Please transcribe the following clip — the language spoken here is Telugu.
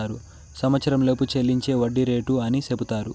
సంవచ్చరంలోపు చెల్లించే వడ్డీ రేటు అని సెపుతారు